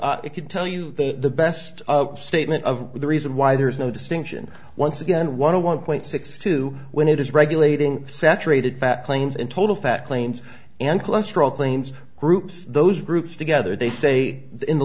n it could tell you the best statement of the reason why there is no distinction once again one of one point six two when it is regulating saturated fat claims in total fat claims and cholesterol claims groups those groups together they say in the